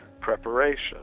preparation